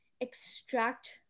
extract